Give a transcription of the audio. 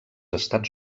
estats